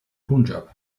punjab